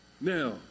Now